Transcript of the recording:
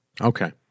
Okay